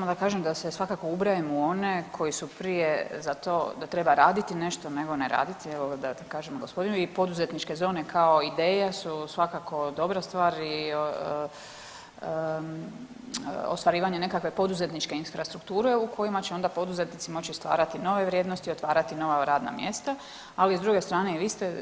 Evo samo da kažem da se svakako ubrajam u one koji su prije za to da treba raditi nešto nego ne raditi, evo da kažem … i poduzetničke zone kao ideje su svakako dobra stvar i ostvarivanje nekakve poduzetničke infrastrukture u kojima će onda poduzetnici moći stvarati nove vrijednosti, otvarati nova radna mjesta, ali s druge strane i vi ste